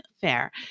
Fair